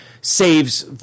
saves